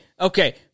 okay